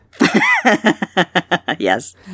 Yes